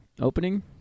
opening